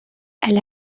elle